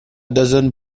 dozen